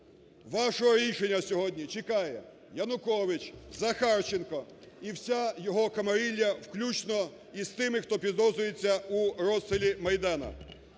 Вашого рішення сьогодні чекає Янукович, Захарченко і вся його камарилья включно із тими, хто підозрюється у розстрілі Майдану: